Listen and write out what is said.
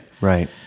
Right